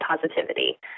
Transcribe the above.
positivity